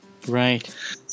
Right